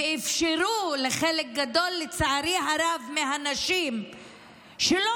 ואפשרו לחלק גדול, לצערי הרב, מהנשים שלא